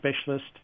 specialist